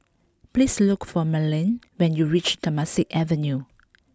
please look for Merlene when you reach Temasek Avenue